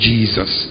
Jesus